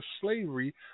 slavery